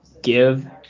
Give